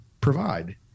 provide